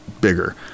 bigger